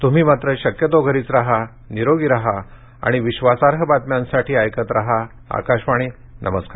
तुम्ही मात्र शक्यतो घरीच राहा निरोगी राहा आणि विश्वासार्ह बातम्यांसाठी ऐकत राहा आकाशवाणी नमस्कार